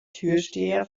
türsteher